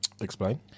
Explain